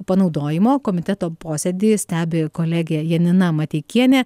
panaudojimo komiteto posėdį stebi kolegė janina mateikienė